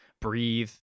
breathe